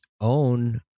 Own